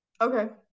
Okay